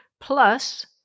plus